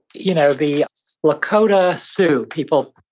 you know the lakota sioux people,